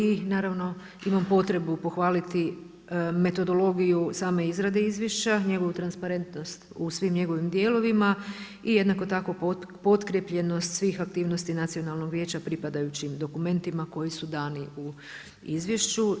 I naravno, imam potrebu pohvaliti metodologiju same izrade izvješća, njegovu transparentnost u svim njegovim dijelovima i jednako tako potkrijepljenost svih aktivnosti Nacionalnog vijeća, pripadajućim dokumentima koji su dani u izvješću.